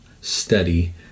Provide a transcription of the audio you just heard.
study